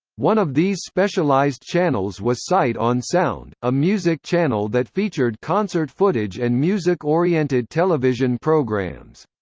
one of these specialized channels was sight on sound, a music channel that featured concert footage and music-oriented television programs.